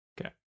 Okay